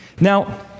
Now